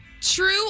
True